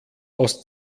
aus